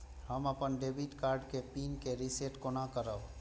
हम अपन debit card के पिन के रीसेट केना करब?